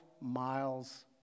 miles